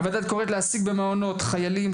הוועדה קוראת להעסיק במעונות חיילים,